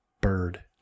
bird